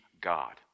God